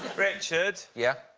richard? yeah.